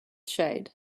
shade